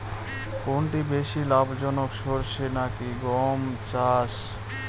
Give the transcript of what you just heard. কোনটি বেশি লাভজনক সরষে নাকি গম চাষ?